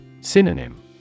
Synonym